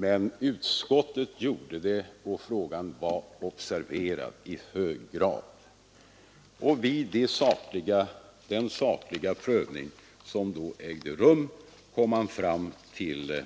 Men utskottet gjorde det, och frågan var observerad. Vid den sakliga prövning som ägde rum kom man till